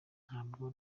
ntabwo